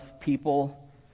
people